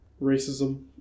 racism